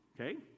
okay